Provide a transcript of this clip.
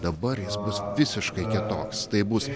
dabar jis bus visiškai kitoks tai bus